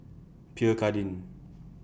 Pierre Cardin